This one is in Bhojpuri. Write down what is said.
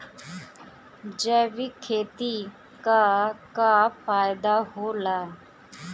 जैविक खेती क का फायदा होला?